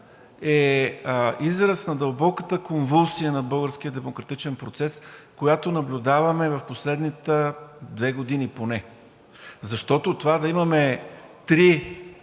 е израз на дълбоката конвулсия на българския демократичен процес, която наблюдаваме в последните две години поне, защото това да имаме три